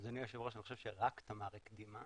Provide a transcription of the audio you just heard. רק תמר הקדימה